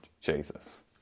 Jesus